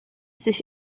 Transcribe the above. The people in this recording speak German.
sich